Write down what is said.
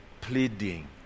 pleading